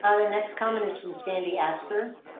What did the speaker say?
um the next comment is from sandy asper.